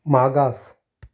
मागास